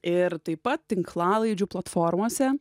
ir taip pat tinklalaidžių platformose